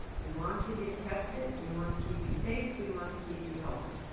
we want you to get tested, we want to keep you safe, we want to keep you healthy.